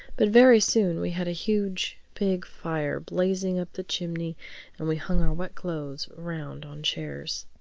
but very soon we had a huge big fire blazing up the chimney and we hung our wet clothes around on chairs.